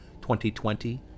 2020